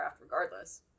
regardless